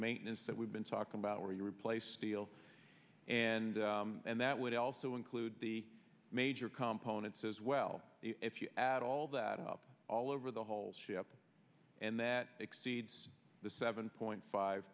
maintenance that we've been talking about where you replace steel and and that would also include the major components as well if you add all that up all over the whole ship and that exceeds the seven point five